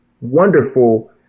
wonderful